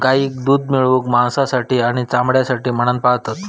गाईक दूध मिळवूक, मांसासाठी आणि चामड्यासाठी म्हणान पाळतत